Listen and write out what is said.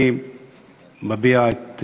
אני מביע את